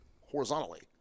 horizontally